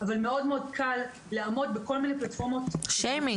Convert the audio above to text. אבל מאוד קל לעמוד בכל מיני פלטפורמות --- שיימינג.